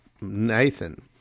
Nathan